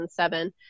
2007